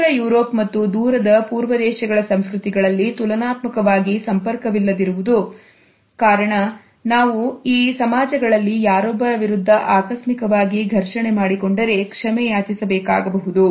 ಉತ್ತರ ಯುರೋಪ್ ಮತ್ತು ದೂರದ ಪೂರ್ವದೇಶಗಳ ಸಂಸ್ಕೃತಿಗಳಲ್ಲಿ ತುಲನಾತ್ಮಕವಾಗಿ ಸಂಪರ್ಕವಿಲ್ಲದಿರುವುದು ಕಾರಣ ನಾವು ಈ ಸಮಾಜಗಳಲ್ಲಿ ಯಾರೊಬ್ಬರ ವಿರುದ್ಧ ಆಕಸ್ಮಿಕವಾಗಿ ಘರ್ಷಣೆ ಮಾಡಿಕೊಂಡರೆ ಕ್ಷಮೆಯಾಚಿಸಬೇಕಾಗಬಹುದು